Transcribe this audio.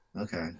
Okay